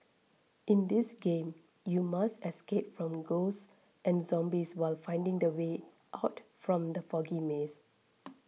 in this game you must escape from ghosts and zombies while finding the way out from the foggy maze